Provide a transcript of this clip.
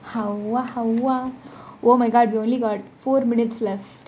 ஹௌவா ஹௌவா :howwa howwa oh my god we only got four minutes left